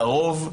לרוב,